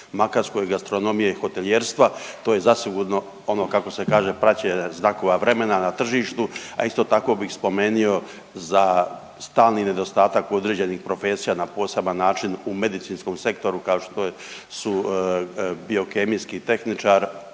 Makarskoj, gastronomije i hotelijerstva, to je zasigurno ono kako se kaže, praćenje znakova vremena na tržištu, a isto tako bih spomenio za stalni nedostatak određenih profesija na poseban način u medicinskom sektoru, ako što je, su biokemijski tehničar